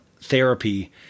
therapy